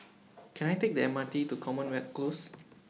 Can I Take The M R T to Commonwealth Close